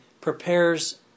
prepares